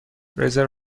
رزرو